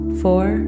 four